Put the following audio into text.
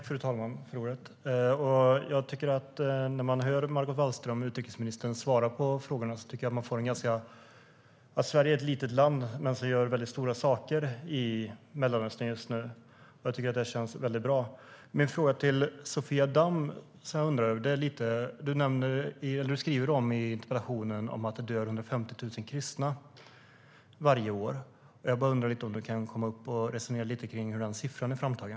Fru talman! När man hör utrikesminister Margot Wallström svara på frågorna tycker jag att man får en ganska bra bild av att Sverige är ett litet land som gör stora saker i Mellanöstern just nu. Jag tycker att det känns väldigt bra. Jag har en fråga till Sofia Damm. Du skriver i interpellationen att det dör 150 000 kristna varje år. Jag undrar om du kan komma upp här och resonera lite om hur den siffran är framtagen.